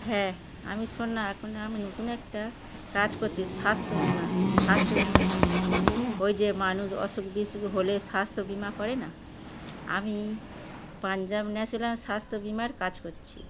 হ্যাঁ আমি শোন না এখন আমি নতুন একটা কাজ করছি স্বাস্থ্য বীমা স্বাস্থ্য বীমার কাজ ওই যে মানুষ অসুখ বিসুক হলে স্বাস্থ্য বীমা করে না আমি পাঞ্জাব ন্যাশনাল স্বাস্থ্য বীমার কাজ করছি